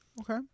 Okay